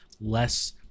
less